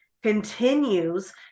continues